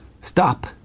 stop